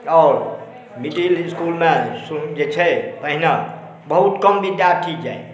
आओर मिडिल इसकुलमे जे छै पहिने बहुत कम विद्यार्थी जाइ